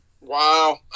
Wow